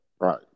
Right